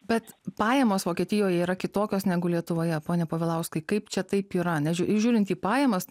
bet pajamos vokietijoje yra kitokios negu lietuvoje pone povilauskai kaip čia taip yra ne žiūrint į pajamas